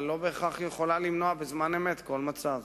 אבל לא בהכרח היא יכולה למנוע בזמן אמת כל מצב.